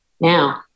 Now